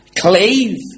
cleave